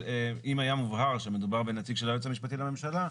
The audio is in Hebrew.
אבל אם היה מובהר שמדובר בנציג של היועץ המשפטי לממשלה,